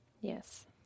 Yes